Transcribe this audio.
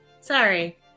Sorry